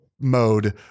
mode